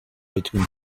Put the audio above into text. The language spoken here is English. between